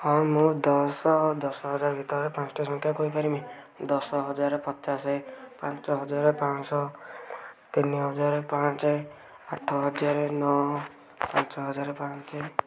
ହଁ ମୁଁ ଦଶ ଦଶ ହଜାର ଭିତରେ ପାଞ୍ଚଟା ସଂଖ୍ୟା କହିପାରିମି ଦଶହଜାର ପଚାଶ ପାଞ୍ଚ ହଜାର ପାଞ୍ଚ ଶହ ତିନି ହଜାର ପାଞ୍ଚ ଆଠ ହଜାର ନଅ ପାଞ୍ଚ ହଜାର ପାଞ୍ଚ